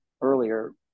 earlier